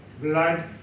blood